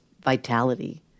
vitality